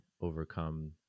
overcome